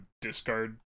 discard